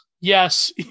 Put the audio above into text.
Yes